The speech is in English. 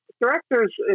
directors